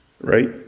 Right